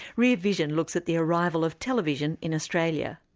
rear vision looks at the arrival of television in australia.